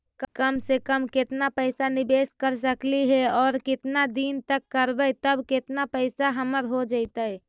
कम से कम केतना पैसा निबेस कर सकली हे और केतना दिन तक करबै तब केतना पैसा हमर हो जइतै?